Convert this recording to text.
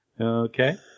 Okay